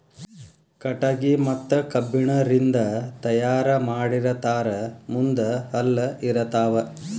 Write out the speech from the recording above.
ಕಟಗಿ ಮತ್ತ ಕಬ್ಬಣ ರಿಂದ ತಯಾರ ಮಾಡಿರತಾರ ಮುಂದ ಹಲ್ಲ ಇರತಾವ